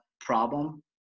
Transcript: problem